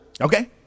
Okay